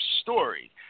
story